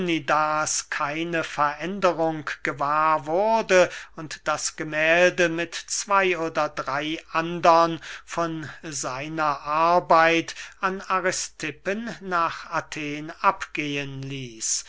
keine veränderung gewahr wurde und das gemählde mit zwey oder drey andern von seiner arbeit an aristippen nach athen abgehen ließ